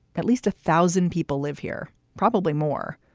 at least a thousand people live here. probably more,